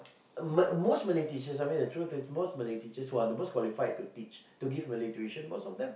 m~ most Malay teachers I mean the truth is most Malay teachers who are the most qualified to teach to give Malay tuition or sometime